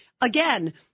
again